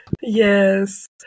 Yes